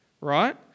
right